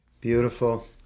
Beautiful